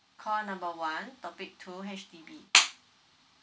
call number one topic two H_D_B